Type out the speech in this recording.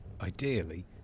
Ideally